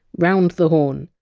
round the horne,